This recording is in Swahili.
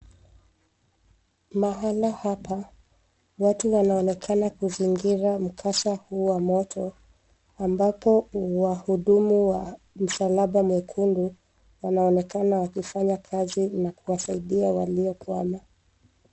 Mahala hapa, watu wanaonekana kuzingira mkasa huu wa moto, ambapo wahudumu wa Msalaba Mwekundu, wanaonekana wakifanya kazi na kuwasaidia waliokwama.